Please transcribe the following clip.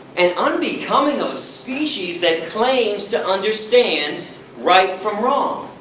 an unbecoming of a species that claims to understand right from wrong!